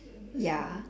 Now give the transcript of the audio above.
ya